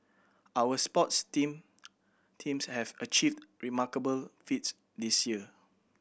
our sports team teams have achieved remarkable feats this year